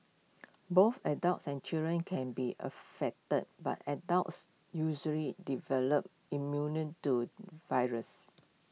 both adults and children can be affected but adults usually develop immunity to the virus